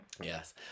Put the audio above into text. Yes